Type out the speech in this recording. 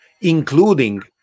including